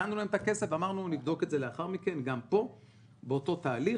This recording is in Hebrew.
נתנו להם את הכסף ואמרנו שנבדוק את זה לאחר מכן באותו תהליך,